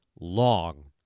long